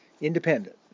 independent